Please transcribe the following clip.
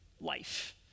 life